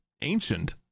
ancient